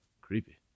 creepy